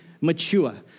mature